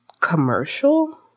commercial